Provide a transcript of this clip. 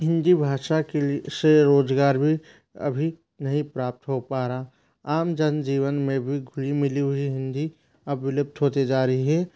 हिंदी भाषा के लिए के से रोजगार भी अभी नहीं प्राप्त हो पा रहा आम जनजीवन में भी घुली मिली हुई हिंदी अब विलुप्त होते जा रही है